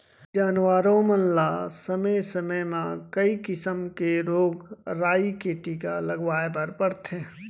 जानवरों मन ल समे समे म कई किसम के रोग राई के टीका लगवाए बर परथे